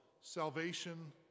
salvation